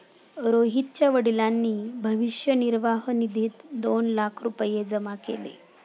रोहितच्या वडिलांनी भविष्य निर्वाह निधीत दोन लाख रुपये जमा केले